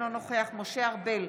אינו נוכח משה ארבל,